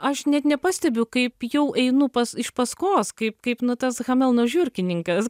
aš net nepastebiu kaip jau einu pas iš paskos kaip kaip nu tas hamelno žiurkininkas